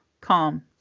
Calm